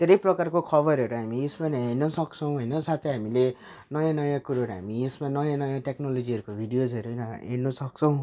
धेरै प्रकारको खबरहरू हामी यसमा हेर्नसक्छौँ होइन साथै हामीले नयाँ नयाँ कुरोहरू हामी यसमा नयाँ नयाँ टेक्नोलोजीहरूको भिडियोजहरू हेर्नसक्छौँ